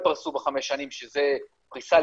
תמרוץ לפריסה,